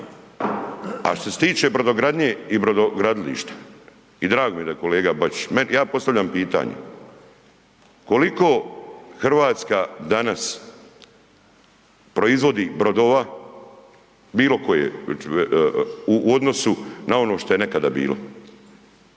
A što se tiče brodogradnje i brodogradilišta i drago mi je da je kolega Bačić, ja postavljam pitanje. Koliko RH danas proizvodi brodova bilo koje u odnosu na ono što je nekada bilo?